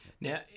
Now